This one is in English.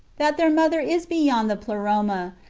that their mother is beyond the pleroma,